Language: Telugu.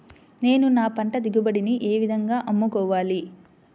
నేను నా పంట దిగుబడిని ఏ విధంగా అమ్ముకోవాలి?